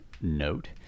note